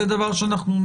שתי